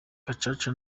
gacaca